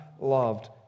loved